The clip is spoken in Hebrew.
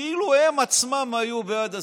כאילו הם עצמם היו בעד הסיפוח.